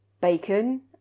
bacon